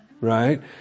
Right